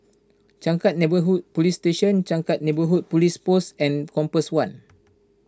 Changkat Neighbourhood Police Station Changkat Neighbourhood Police Post and Compass one